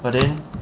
but then